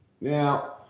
Now